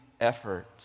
effort